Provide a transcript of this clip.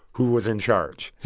who was in charge.